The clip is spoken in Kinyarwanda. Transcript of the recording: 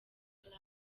club